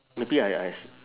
maybe I I